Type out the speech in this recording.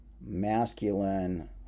masculine